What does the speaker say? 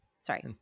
sorry